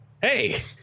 hey